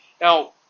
Now